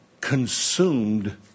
consumed